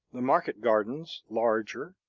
the market gardens larger,